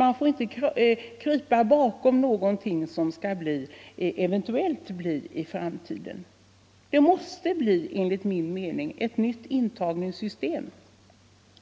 Man får inte krypa bakom nå Om ökad vidareutgonting som eventuellt kommer att genomföras i framtiden. Det måste = bildning av enligt min mening införas ett nytt intagningssystem